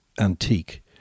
antique